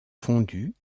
fondus